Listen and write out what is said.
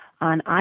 on